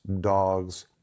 dogs